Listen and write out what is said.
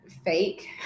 Fake